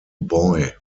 boy